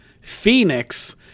phoenix